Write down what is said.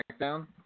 SmackDown